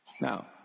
Now